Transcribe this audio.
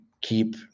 keep